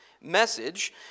message